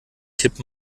kipp